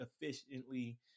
efficiently